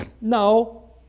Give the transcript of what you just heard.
No